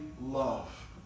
love